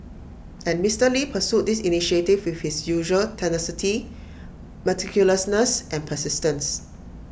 and Mister lee pursued this initiative with his usual tenacity meticulousness and persistence